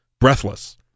breathless